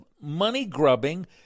money-grubbing